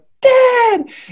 Dad